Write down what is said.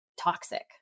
toxic